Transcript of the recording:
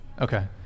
okay